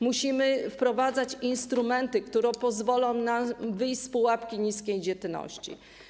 Musimy wprowadzać instrumenty, które pozwolą nam wyjść z pułapki niskiej dzietności.